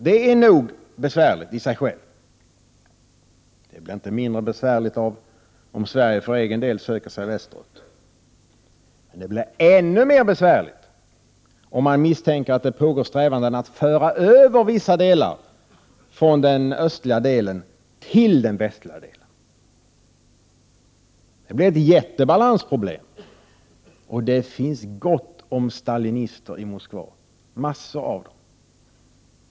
Det är nog besvärligt i sig självt, och det blir inte mindre besvärligt om Sverige för egen del söker sig västerut, men det blir ännu mer besvärligt om man misstänker att det finns strävanden att föra över områden från den östliga delen till den västliga delen. Det blir ett jättelikt balansproblem, och det finns gott om stalinister i Moskva, massor av dem.